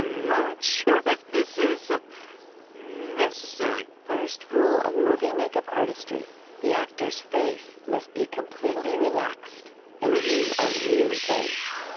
not sure if this is necessary first rule of movie makeup artistry the actors face must be completely relaxed and you are really tense.